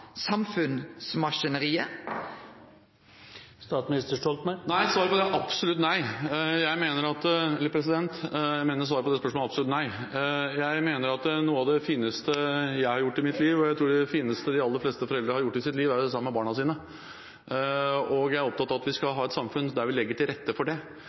Svaret på det er absolutt nei. Jeg mener at noe av det fineste jeg og de aller fleste foreldre har gjort i sitt liv, er å være sammen med barna sine. Jeg er opptatt av at vi skal ha et samfunn der vi legger til rette for det.